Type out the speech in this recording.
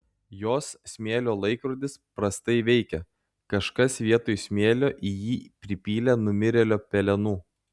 jos smėlio laikrodis prastai veikia kažkas vietoj smėlio į jį pripylė numirėlio pelenų